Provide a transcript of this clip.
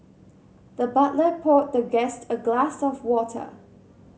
the butler poured the guest a glass of water